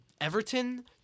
Everton